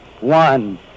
one